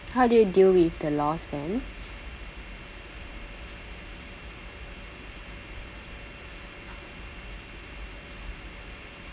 how did you deal with the loss then